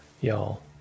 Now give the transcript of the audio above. Y'all